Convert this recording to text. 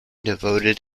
devoted